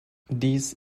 these